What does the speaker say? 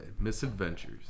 misadventures